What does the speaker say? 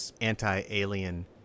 anti-alien